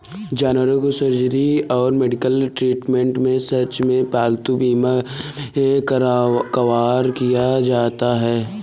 जानवरों की सर्जरी और मेडिकल ट्रीटमेंट के सर्च में पालतू बीमा मे कवर किया जाता है